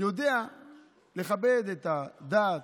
יודע לכבד את הדת,